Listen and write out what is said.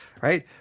right